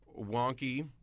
wonky